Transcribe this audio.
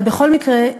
אבל בכל מקרה,